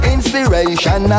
Inspiration